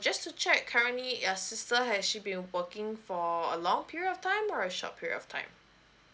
just to check currently your sister has she been working for a long period of time or a short period of time